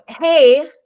hey